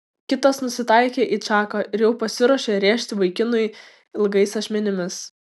kitas nusitaikė į čaką ir jau pasiruošė rėžti vaikinui ilgais ašmenimis